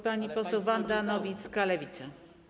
Pani poseł Wanda Nowicka, Lewica.